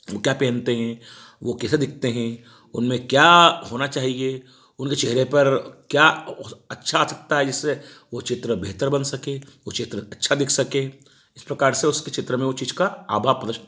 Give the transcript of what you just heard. वह क्या पहनते हैं वह कैसे दिखते हैं उनमें क्या होना चाहिए उनके चेहरे पर क्या अच्छा आ सकता है जिससे वह चित्र बेहतर बन सके वह चित्र अच्छा दिख सके इस प्रकार से उसके चित्र में वह चीज़ का आभा प्रदर्श